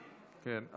כן.